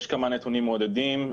יש כמה נתונים מעודדים,